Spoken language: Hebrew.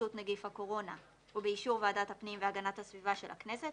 התפשטות נגיף הקורונה ובאישור ועדת הפנים והגנת הסביבה של הכנסת,